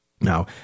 Now